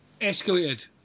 escalated